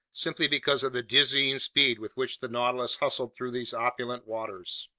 simply because of the dizzying speed with which the nautilus hustled through these opulent waters.